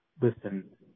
Listen